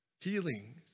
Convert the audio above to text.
healing